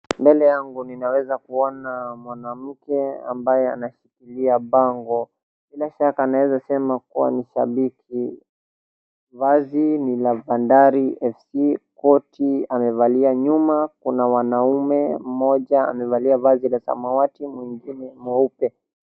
Mbele yangu ninaweza kuona mwanamke ambaye anashikilia bango, bila shaka tunaweza sema kuwa ni shabiki. Vazi ni la bandari fc,koti amevalia, nyuma kuna wanaume mmoja amevalia vazi la samawati, mwingine meupe.